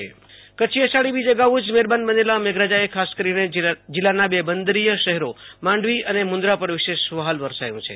આશતોષ અંતાણી કચ્છઃ વરસાદ અષાડી બીજ અગાઉ જ મહેરબાન બનેલા મેઘરાજાએ ખાસ કરીને જિલ્લાના બે બંદરિય શહેરો માંડવી અને મુન્દ્રા પર વિશેષ વહાલ વરસાવ્યું છે